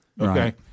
okay